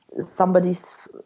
somebody's